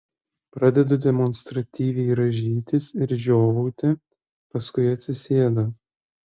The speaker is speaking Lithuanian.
pradedu demonstratyviai rąžytis ir žiovauti paskui atsisėdu